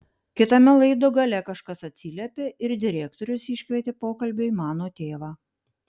kitame laido gale kažkas atsiliepė ir direktorius iškvietė pokalbiui mano tėvą